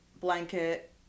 Blanket